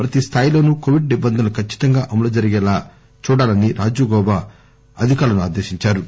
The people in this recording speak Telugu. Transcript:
ప్రతి స్థాయిలోనూ కోవిడ్ నిబంధనలు ఖచ్చితంగా అమలు జరిగేలా చూడాలని రాజీవ్ గౌబా అధికారులను ఆదేశించారు